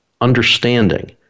understanding